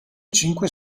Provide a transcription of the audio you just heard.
cinque